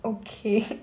okay